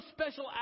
special